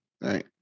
Right